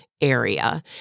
area